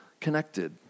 connected